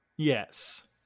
Yes